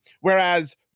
whereas